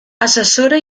assessora